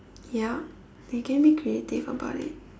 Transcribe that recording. ya you can be creative about it